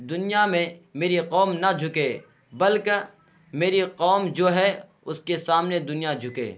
دنیا میں میری قوم نہ جھکے بلکہ میری قوم جو ہے اس کے سامنے دنیا جھکے